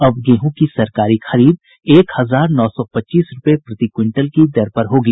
अब गेहूं की सरकारी खरीद एक हजार नौ सौ पच्चीस रूपये प्रति क्विंटल की दर पर होगी